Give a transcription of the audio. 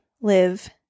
live